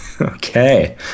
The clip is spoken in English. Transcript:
Okay